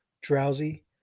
drowsy